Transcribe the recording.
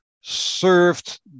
served